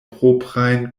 proprajn